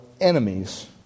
enemies